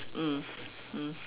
mm mm